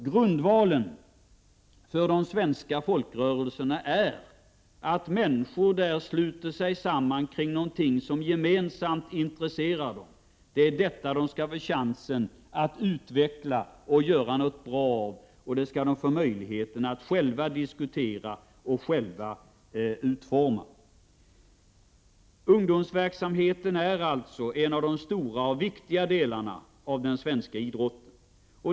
Grundvalen för de svenska folkrörelserna är att människor där sluter sig samman kring någonting som gemensamt intresserar dem. Det är detta de skall få chansen att utveckla och göra något bra av, och det skall de få möjlighet att själva diskutera och själva utforma. Ungdomsverksamheten är alltså en av de stora och viktiga delarna i den svenska idrotten.